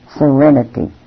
serenity